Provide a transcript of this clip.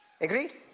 Agreed